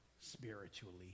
spiritually